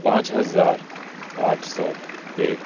پانچ ہزار آٹھ سو ایک